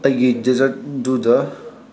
ꯑꯩꯒꯤ ꯗꯦꯖꯔꯠꯇꯨꯗ